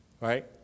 Right